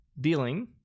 Dealing